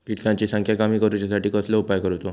किटकांची संख्या कमी करुच्यासाठी कसलो उपाय करूचो?